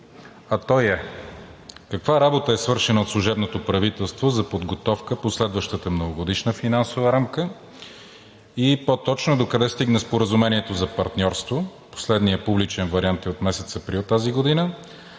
а той е: каква работа е свършена от служебното правителство за подготовка по следващата Многогодишна финансова рамка и по-точно, докъде стигна Споразумението за партньорство – последният публичен вариант е от месец април тази година,